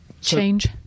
change